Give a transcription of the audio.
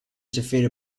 defeated